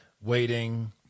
waiting